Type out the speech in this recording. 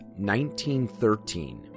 1913